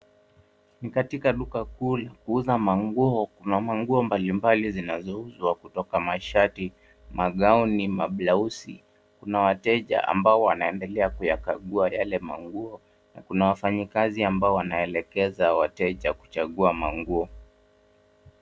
Ni katika duka kuu la kuuza manguo. Kuna manguo mbalimbali zinazouzwa kutoka mashati, magauni, mablausi. Kuna wateja ambao wanaendelea kuyakagua yale manguo na kuna wafanyikazi ambao wanaelekeza wateja kuchagua manguo.